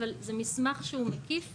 אבל זה מסמך שהוא מקיף,